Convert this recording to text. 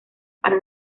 para